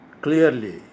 clearly